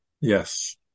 Yes